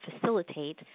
facilitate